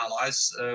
allies